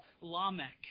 Lamech